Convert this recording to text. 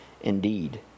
indeed